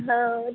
হ্যাঁ ও